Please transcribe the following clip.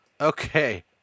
Okay